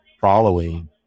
following